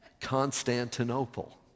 Constantinople